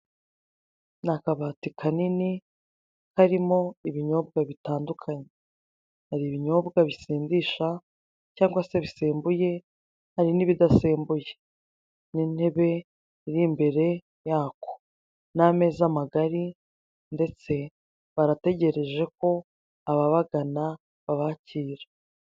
Ni akabati kanini harimo ibinyobwa bitandukanye, hari ibinyobwa bisindisha cyangwa se bisembuye hari n' ibidasembuye, n' intebe imbere yako n' ameza magari ndetse barategereje ko ababagana babakira.